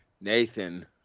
Nathan